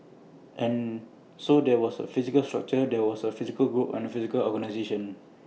and so there was A physical structure there was A physical group and A physical organisation